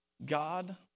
God